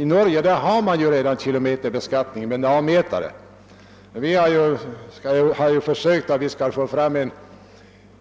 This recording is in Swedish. I Norge har man redan kilometerbeskattning med hjälp av en navmätare. Vi har försökt att få fram